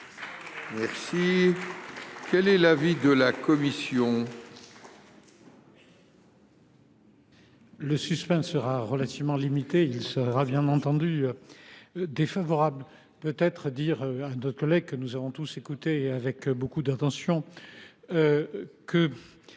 vivons. Quel est l’avis de la commission ?